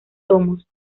tomos